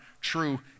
true